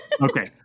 Okay